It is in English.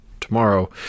tomorrow